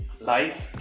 life